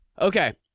Okay